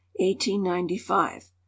1895